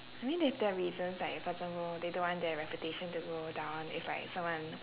I mean they have their reasons like for example they don't want their reputation to go down if like someone